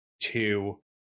two